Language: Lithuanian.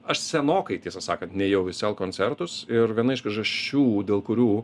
aš senokai tiesą sakant nėjau į sel koncertus ir viena iš priežasčių dėl kurių